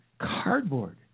cardboard